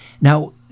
Now